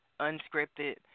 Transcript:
unscripted